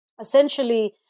essentially